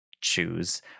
choose